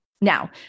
Now